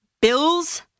Bills